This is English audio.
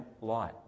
light